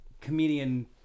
comedian